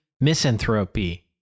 Misanthropy